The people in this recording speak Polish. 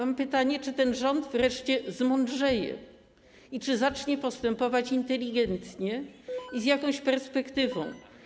Mam pytanie: Czy ten rząd wreszcie zmądrzeje i czy zacznie postępować inteligentnie i z jakąś perspektywą?